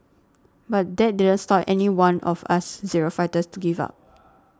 but that didn't stop any one of us zero fighters to give up